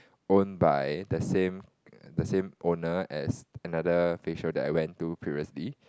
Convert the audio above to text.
owned by the same the same owner as another facial that I went to previously